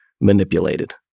manipulated